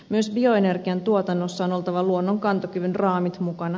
myös bioenergian tuotannossa on oltava luonnon kantokyvyn raamit mukana